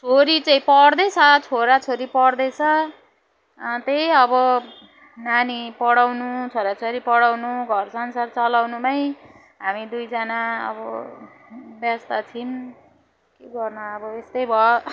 छोरी चाहिँ पढ्दैछ छोराछोरी पढ्दैछ त्यही अब नानी पढाउनु छोराछोरी पढाउनु घरसंसार चलाउनुमै हामी दुईजना अब व्यस्त थियौँ के गर्नु अब यस्तो भयो